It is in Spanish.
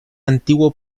antiguo